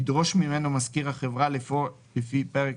ידרוש ממנו מזכיר החברה לפעול לפי פרק